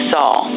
Saul